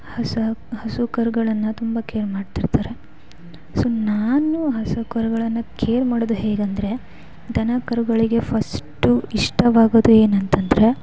ಹಸ ಹಸು ಕರುಗಳನ್ನು ತುಂಬ ಕೇರ್ ಮಾಡ್ತಿರ್ತಾರೆ ಸೊ ನಾನು ಹಸು ಕರುಗಳನ್ನು ಕೇರ್ ಮಾಡುವುದು ಹೇಗೆಂದ್ರೆ ದನ ಕರುಗಳಿಗೆ ಫಸ್ಟು ಇಷ್ಟವಾಗೋದು ಏನಂತಂದರೆ